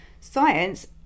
Science